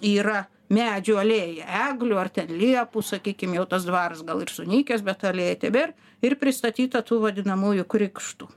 yra medžių alėja eglių ar ten liepų sakykim jau tas dvaras gal ir sunykęs bet alėja tebėr ir pristatyta tų vadinamųjų krikštų